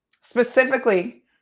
specifically